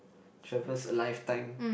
travels a life time